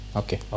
okay